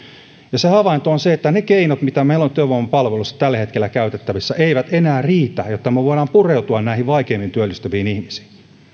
ja se havainto on se että ne keinot mitä meillä on työvoimapalveluissa tällä hetkellä käytettävissä eivät enää riitä siihen että me voisimme pureutua näihin vaikeimmin työllistyviin ihmisiin